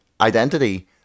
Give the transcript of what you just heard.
identity